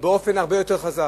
באופן הרבה יותר חזק.